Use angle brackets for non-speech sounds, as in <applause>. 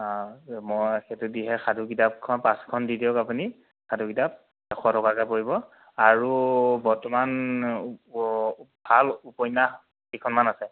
মই <unintelligible> দিহে সাধু কিতাপখন পাঁচখন দি দিয়ক আপুনি সাধু কিতাপ এশ টকাকৈ পৰিব আৰু বৰ্তমান উপ ভাল উপন্যাসকেইখনমান আছে